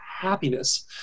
happiness